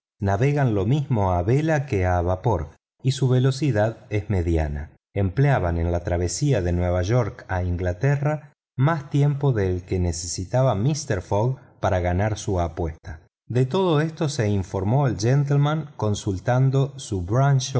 navegan lo mismo a vela que a vapor y su velocidad es mediana empleaban en la travesía de nueva york a inglaterra más tiempo del que necesitaba mister fogg para ganar su apuesta de todo esto se informó el gentleman consultando su